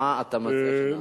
מה אתה מציע שנעשה?